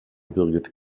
birgit